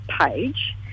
page